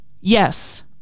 yes